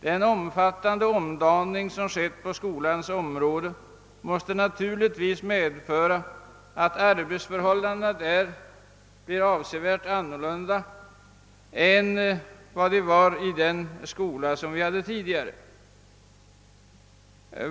Den kraftiga omdaning som skett på skolans område måste naturligtvis medföra att arbetsförhållandena där blir avsevärt annorlunda än vad de var i den skola som vi hade tidigare.